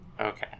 okay